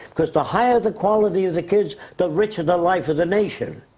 because the higher the quality of the kids, the richer the life of the nation.